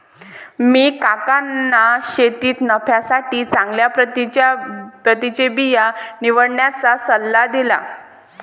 मी काकांना शेतीत नफ्यासाठी चांगल्या प्रतीचे बिया निवडण्याचा सल्ला दिला